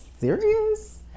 serious